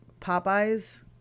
Popeye's